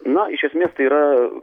na iš esmės tai yra